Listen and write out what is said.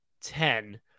ten